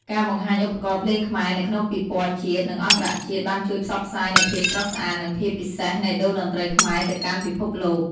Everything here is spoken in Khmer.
ការបង្ហាញឧបករណ៍ភ្លេងខ្មែរនៅក្នុងពិព័រណ៍ជាតិ និងអន្តរជាតិបានជួយផ្សព្វផ្សាយនូវភាពស្រស់ស្អាត និងភាពពិសេសនៃតូរ្យតន្ត្រីខ្មែរទៅកាន់ពិភពលោក។